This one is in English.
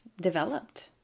developed